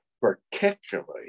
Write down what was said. particularly